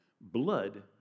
Blood